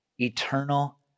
Eternal